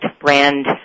brand